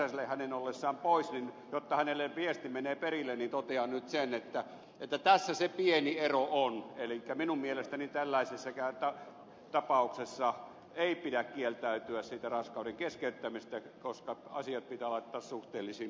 räsäselle hänen ollessaan pois ja jotta hänelle viesti menee perille niin totean nyt sen että tässä se pieni ero on elikkä minun mielestäni tällaisessakaan tapauksessa ei pidä kieltäytyä siitä raskauden keskeyttämisestä koska asiat pitää laittaa suhteellisiin mittakaavoihin